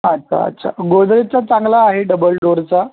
अच्छा अच्छा गोदरेजचा चांगला आहे डबल डोअरचा